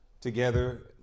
together